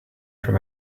from